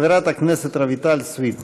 חברת הכנסת רויטל סויד.